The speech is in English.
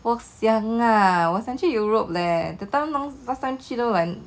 我想啊我想去 europe leh that time last time 去都 like